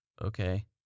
okay